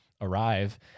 arrive